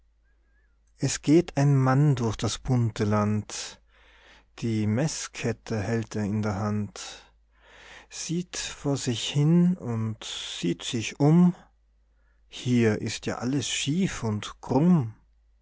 es geht ein mann durch das bunte land die meßkette hält er in der hand sieht vor sich hin und sieht sich um hier ist ja alles schief und krumm